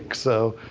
so,